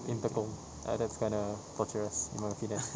in tekong ya that's kind of torturous in my opinion